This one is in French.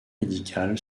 médicale